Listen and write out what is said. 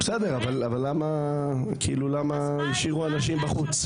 אבל למה השאירו אנשים בחוץ?